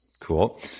Cool